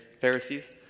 Pharisees